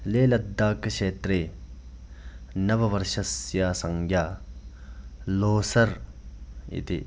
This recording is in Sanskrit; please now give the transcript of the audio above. लेलद्दाकक्षेत्रे नववर्षस्य संज्ञा लोह्सर् इति